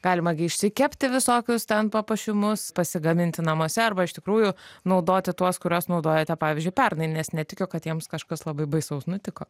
galima gi išsikepti visokius ten papuošimus pasigaminti namuose arba iš tikrųjų naudoti tuos kuriuos naudojote pavyzdžiui pernai nes netikiu kad jiems kažkas labai baisaus nutiko